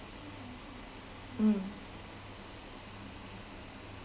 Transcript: mm